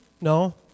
No